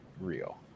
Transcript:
real